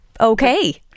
okay